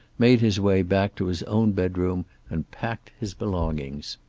made his way back to his own bedroom and packed his belongings.